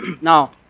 Now